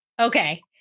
Okay